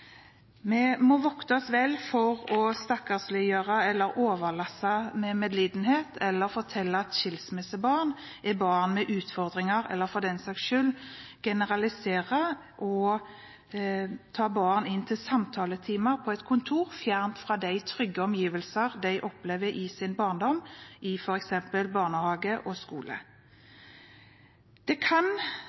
Vi må vokte oss vel for å stakkarsliggjøre dem, overlesse dem med medlidenhet, fortelle dem at skilsmissebarn er barn med utfordringer, eller for den saks skyld generalisere og ta barn inn til samtaletimer på et kontor fjernt fra de trygge omgivelsene de opplever i f.eks. barnehage og skole. Det kan